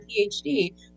PhD